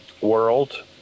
world